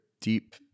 deep